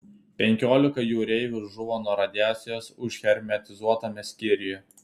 penkiolika jūreivių žuvo nuo radiacijos užhermetizuotame skyriuje